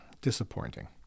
disappointing